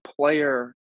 player